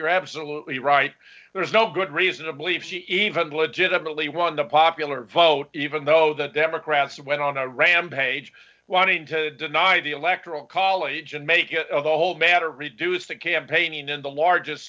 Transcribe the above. you're absolutely right there's no good reason to believe she even legitimately won the popular vote even though the democrats went on a rampage wanting to deny the electoral college and make it a whole matter reduce the campaigning in the largest